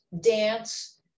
dance